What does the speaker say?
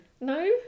No